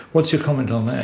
what's your comment on that?